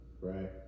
right